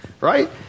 right